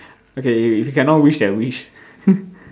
okay if you cannot wish that wish